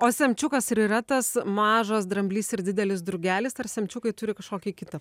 o semčiukas ir yra tas mažas dramblys ir didelis drugelis ar semčiukai turi kažkokį kitą